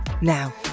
Now